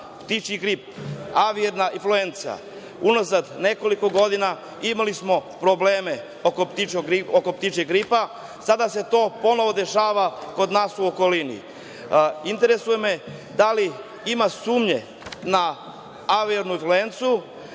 ptičijeg gripa, avin influenca. Unazad nekoliko godina smo imali problem oko ptičijeg gripa. Sada se ponovo dešava kod nas u okolini. Interesuje me da li ima sumnje na avin influenca